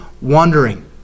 wandering